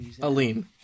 Aline